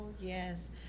yes